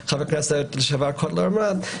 דבריה של חברת הכנסת לשעבר קוטלר אמרה.